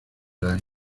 las